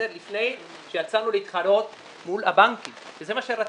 לפני שיצאנו להתחרות מול הבנקים כי זה מה שרציתם.